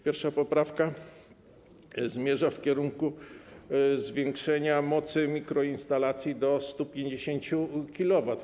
Pierwsza poprawka zmierza w kierunku zwiększenia mocy mikroinstalacji do 150 kW.